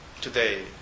today